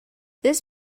this